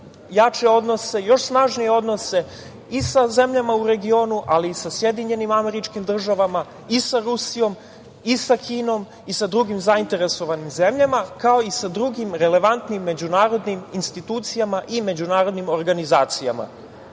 jače odnose, još snažnije odnose i sa zemljama u regionu, ali i sa SAD i sa Rusijom, i sa Kinom i sa drugim zainteresovanim zemljama, kao i sa drugim relevantnim međunarodnim institucijama i međunarodnim organizacijama. Mi